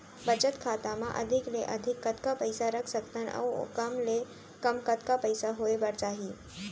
बचत खाता मा अधिक ले अधिक कतका पइसा रख सकथन अऊ कम ले कम कतका पइसा होय बर चाही?